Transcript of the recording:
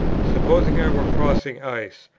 supposing i were crossing ice,